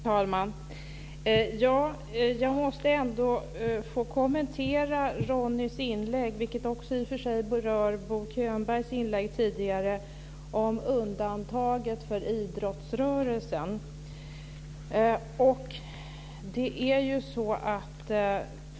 Fru talman! Jag måste få kommentera Ronny Olanders inlägg om undantaget för idrottsrörelsen, vilket också berör Bo Könbergs tidigare inlägg.